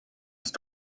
sich